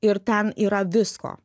ir ten yra visko